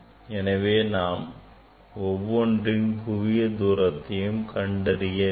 எனவே நாம் ஒவ்வொன்றின் குவிய தூரத்தை கண்டறிய வேண்டும்